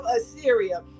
Assyria